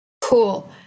Cool